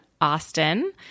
Austin